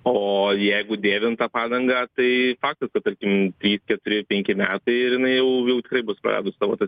o jeigu dėvint tą padangą tai faktas kad tarkim trys keturi penki metai ir jinai jau jau tikrai bus praradus savo tas